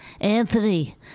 Anthony